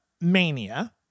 mania